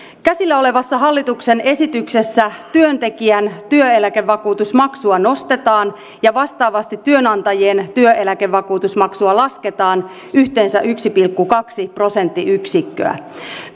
käsillä olevassa hallituksen esityksessä työntekijän työeläkevakuutusmaksua nostetaan ja vastaavasti työnantajien työeläkevakuutusmaksua lasketaan yhteensä yksi pilkku kaksi prosenttiyksikköä